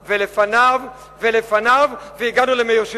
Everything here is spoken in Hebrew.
ולפניו, ולפניו ולפניו, והגענו למאיר שטרית.